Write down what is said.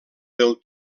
del